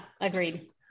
Agreed